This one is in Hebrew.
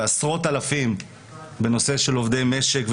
עשרות אלפים בנושא של עובדי משק,